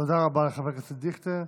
תודה רבה לחבר הכנסת דיכטר.